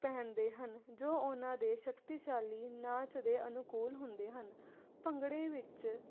ਪਹਿਨਦੇ ਹਨ ਜੋ ਉਹਨਾਂ ਦੇ ਸ਼ਕਤੀਸ਼ਾਲੀ ਨਾਚ ਦੇ ਅਨੁਕੂਲ ਹੁੰਦੇ ਹਨ ਭੰਗੜੇ ਵਿੱਚ